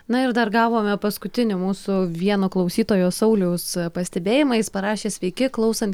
na ir dar gavome paskutinį mūsų vieno klausytojo sauliaus pastebėjimą jis parašė sveiki klausant